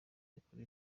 mikuru